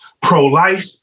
pro-life